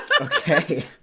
Okay